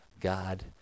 God